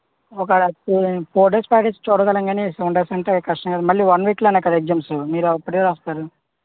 ఒకేలా four four days five days చూడగలం కానీ సెవెన్ డేస్ అంటే కష్టం కదండి మళ్ళీ వన్ వీక్ లోనే కదా ఎక్సామ్సు మీరు అప్పుడే వస్తారు